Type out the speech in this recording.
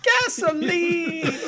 gasoline